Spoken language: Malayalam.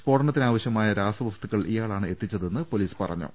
സ്ഫോടനത്തിനാവശ്യമായ രാസവസ്തുക്കൾ ഇയാളാണ് എത്തിച്ചതെന്ന് പൊലീസ് പറഞ്ഞു